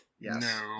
Yes